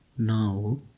Now